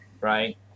right